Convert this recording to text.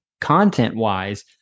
content-wise